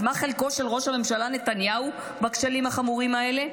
אז מה חלקו של ראש הממשלה נתניהו בכשלים החמורים האלה?